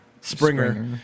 Springer